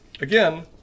Again